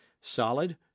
solid